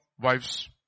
wives